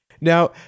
Now